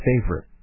favorite